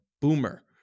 boomer